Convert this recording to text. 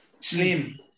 slim